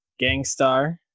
Gangstar